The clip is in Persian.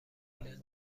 لنز